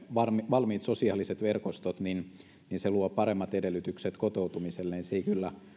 valmiit sosiaaliset verkostot niin niin se luo paremmat edellytykset kotoutumiselle se ei kyllä